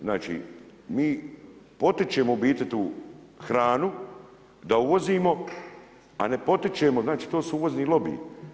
Znači, mi potičemo u biti tu hranu da uvozimo, a ne potičemo znači to su uvozni lobiji.